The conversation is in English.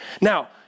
Now